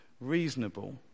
reasonable